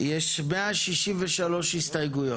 יש 163 הסתייגויות.